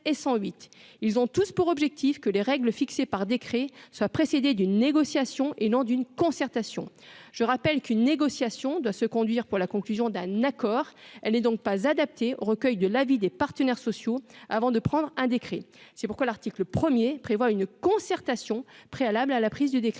ils ont tous pour objectif que les règles fixées par décret soit précédé d'une négociation et non d'une concertation, je rappelle qu'une négociation doit se conduire pour la conclusion d'un accord, elle est donc pas adapté au recueil de l'avis des partenaires sociaux avant de prendre un décret, c'est pourquoi l'article 1er prévoit une concertation préalable à la prise du décret,